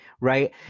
right